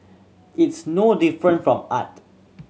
it's no different from art